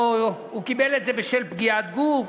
או שהוא קיבל את זה בשל פגיעת גוף.